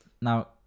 Now